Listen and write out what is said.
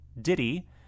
Diddy